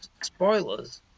spoilers